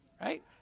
right